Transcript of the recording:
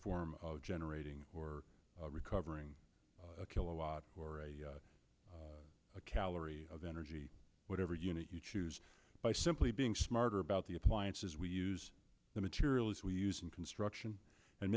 form of generating or recovering a kilowatt or a calorie of energy whatever unit you choose by simply being smarter about the appliances we use the materials we use in construction and